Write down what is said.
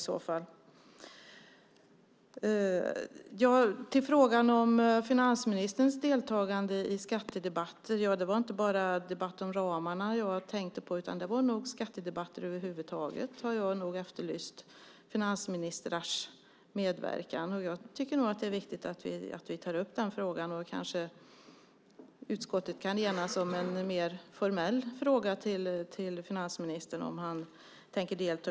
Vad gäller det jag sade om finansministerns deltagande i skattedebatter tänkte jag inte endast på debatten om ramarna utan på skattedebatter över huvud taget. Jag har efterlyst finansministrars medverkan och tycker att det är viktigt att vi tar upp den frågan. Kanske kan utskottet enas om en mer formell fråga till finansministern om han tänker delta.